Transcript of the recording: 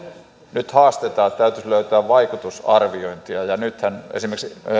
nyt haastetaan että täytyisi löytää vaikutusarviointia nythän esimerkiksi